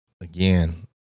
again